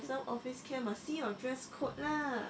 some office can must dress code lah